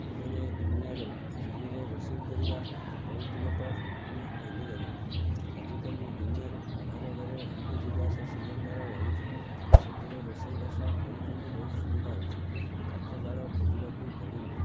ବେଳେବେଳେ ଦୁନିଆରେ ଚୁଲିରେ ରୋଷେଇ କରିବା ବହୁତ ଲୋକମାନେ ଭୁଲି ଗଲେଣି ଆଜିକାଲି ଦୁନିଆରେ ଘରେ ଘରେ L P G gas cylinder ରହୁଛି ସେଥିରେ ରୋଷେଇବାସ କରୁଛନ୍ତି ବହୁତ ସୁବିଧା ହେଉଛି କାଠ ଜାଳ ଖୋଜିବାକୁ ପଡ଼ୁନି